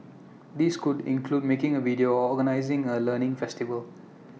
these could include making A video or organising A learning festival